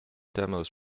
demos